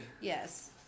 Yes